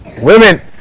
women